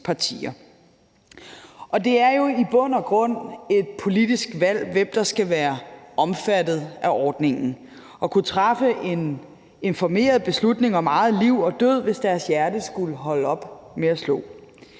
Det er jo i bund og grund et politisk valg, hvem der skal være omfattet af ordningen om at kunne træffe en informeret beslutning om eget liv og egen død, hvis ens hjerte skulle holde op med at slå.